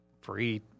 free